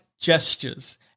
gestures